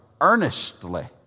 earnestly